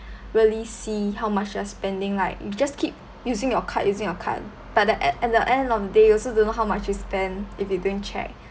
really see how much you're spending like you just keep using your card using your card but the at at the end of the day you also don't know how much you spend if you don't check